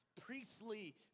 priestly